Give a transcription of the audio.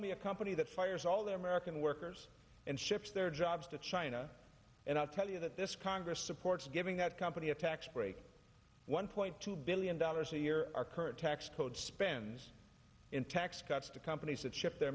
me a company that fires all the american workers and ships their jobs to china and i'll tell you that this congress supports giving that company a tax break one point two billion dollars a year our current tax code spends in tax cuts to companies that ship the